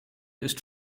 ist